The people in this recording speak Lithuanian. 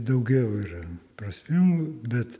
daugiau yra prasmių bet